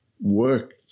work